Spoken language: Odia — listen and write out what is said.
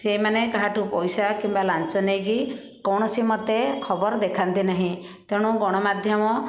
ସିଏ ମାନେ କାହାଠାରୁ ପଇସା କିମ୍ବା ଲାଞ୍ଚ ନେଇକି କୌଣସି ମୋତେ ଖବର ଦେଖାନ୍ତି ନାହିଁ ତେଣୁ ଗଣମାଧ୍ୟମ